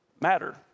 matter